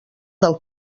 del